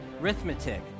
Arithmetic